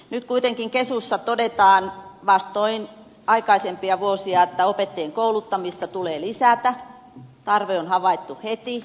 nyt kuitenkin kesussa todetaan vastoin aikaisempia vuosia että opettajien kouluttamista tulee lisätä tarve on havaittu heti